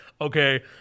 okay